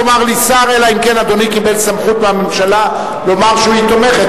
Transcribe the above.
יאמר לי שר אלא אם כן אדוני קיבל סמכות מהממשלה לומר שהיא תומכת.